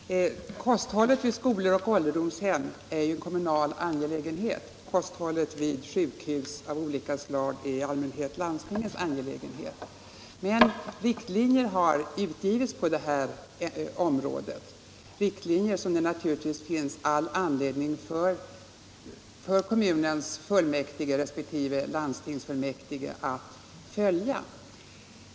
Herr talman! Kosthållet i skolor och på ålderdomshem är en kommunal angelägenhet, och kosthållet vid sjukhus av olika slag är i allmänhet landstingens angelägenhet. Men riktlinjer har utgivits på det här området, riktlinjer som det naturligtvis finns all anledning för kommunernas fullmäktige resp. landstingsfullmäktige att följa.